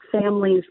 families